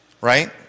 Right